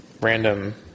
random